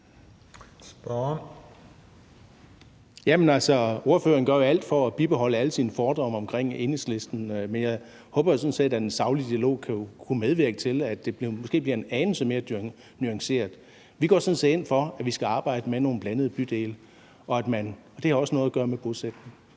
ordføreren gør alt for at bibeholde alle sine fordomme om Enhedslisten, men jeg håber sådan set, at en saglig dialog kunne medvirke til, at det måske bliver en anelse mere nuanceret. Vi går sådan set ind for, at vi skal arbejde med nogle blandede bydele, og det har også noget at gøre med bosætning.